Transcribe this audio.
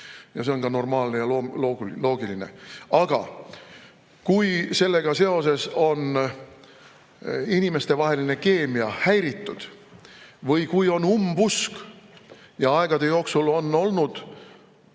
ja see on normaalne ja loogiline. Aga kui sellega seoses on inimestevaheline keemia häiritud või kui on umbusk, ja aegade jooksul on olnud